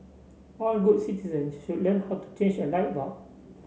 all good citizen should learn how to change a light bulb